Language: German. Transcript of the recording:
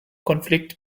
konflikt